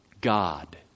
God